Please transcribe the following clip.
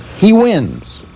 he wins,